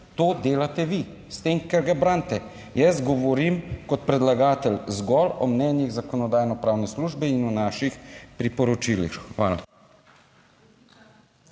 To delate vi, s tem, ker ga branite. Jaz govorim kot predlagatelj zgolj o mnenjih Zakonodajno-pravne službe in o naših priporočilih. Hvala.